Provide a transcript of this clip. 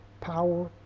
power